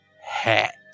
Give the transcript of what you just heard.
Hat